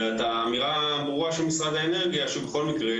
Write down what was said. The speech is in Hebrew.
ואת האמירה הברורה של משרד האנרגיה שבכל מקרה